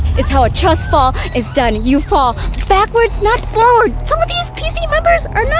is how a trust fall is done. you fall backwards, not forwards. some of these pz members are not